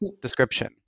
description